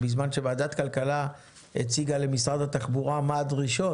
בזמן שוועדת כלכלה הציגה למשרד התחבורה מה הדרישות.